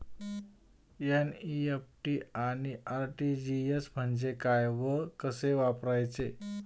NEFT आणि RTGS म्हणजे काय व कसे वापरायचे?